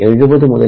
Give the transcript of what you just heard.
70 മുതൽ